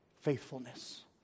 faithfulness